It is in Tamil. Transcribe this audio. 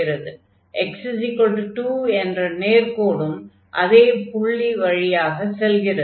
x2 என்ற நேர்க்கோடும் அதே புள்ளி வழியாக செல்கிறது